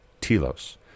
telos